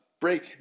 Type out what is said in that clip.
break